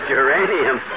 uranium